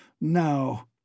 now